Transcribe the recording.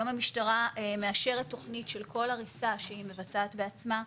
היום המשטרה מאשרת תוכנית של כל הריסה שהיא מבצעת בעצמה.